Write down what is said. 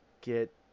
get